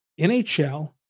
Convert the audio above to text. NHL